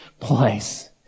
place